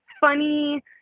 funny